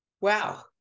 Wow